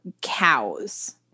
cows